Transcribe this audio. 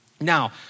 Now